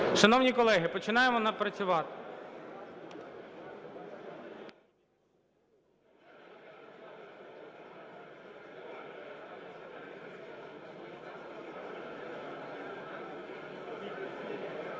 Шановні колеги, починаємо працювати.